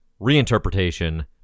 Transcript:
reinterpretation